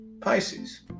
Pisces